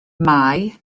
mai